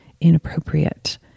inappropriate